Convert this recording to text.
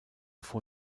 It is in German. vor